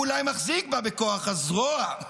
הוא אולי מחזיק בה בכוח הזרוע,